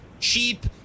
Cheap